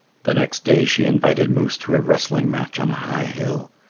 the next day she invited moose to a wrestling match on a high hill.